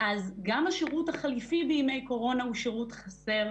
אז גם השירות החליפי בימי קורונה הוא שירות חסר,